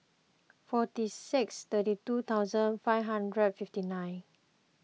forty six thirty two thousand five hundred fifty nine